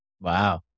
wow